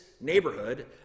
neighborhood